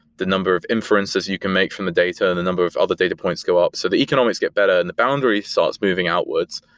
the number of inferences you can make from a data and the number of other data points go up. so the economics get better and the boundary starts moving outwards.